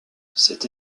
cette